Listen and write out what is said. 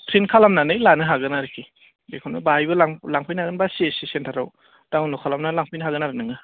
print खालामनानै लानो हागोन आरखि बेखौनो बाहायबो लांफैनो हागोन बा सिएससि सेन्टाराव डाउनलड खालामानै लांफैनो हागोन आरो नोङो